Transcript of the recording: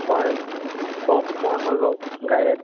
হয় কওক মই হয় বাৰু গাইড